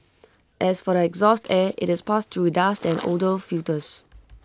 as for the exhaust air IT is passed through dust and odour filters